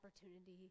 opportunity